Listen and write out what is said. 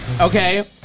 okay